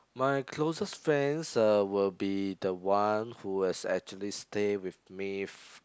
my closest friends uh will be the one who has actually stay with me